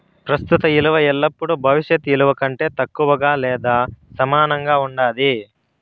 ప్రస్తుత ఇలువ ఎల్లపుడూ భవిష్యత్ ఇలువ కంటే తక్కువగా లేదా సమానంగా ఉండాది